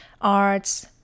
arts